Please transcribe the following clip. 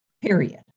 period